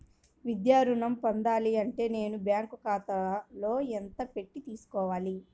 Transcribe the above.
విద్యా ఋణం పొందాలి అంటే నేను బ్యాంకు ఖాతాలో ఎంత పెట్టి తీసుకోవాలి?